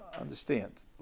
Understand